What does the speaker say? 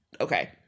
Okay